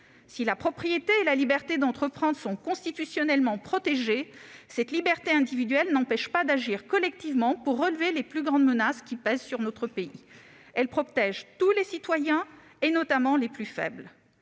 Si la propriété et la liberté d'entreprendre sont constitutionnellement protégées, la liberté individuelle n'empêche pas d'agir collectivement pour faire face aux plus grandes menaces qui pèsent sur notre pays. Elle protège tous les citoyens, notamment les plus faibles.